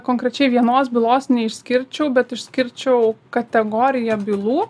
konkrečiai vienos bylos neišskirčiau bet išskirčiau kategoriją bylų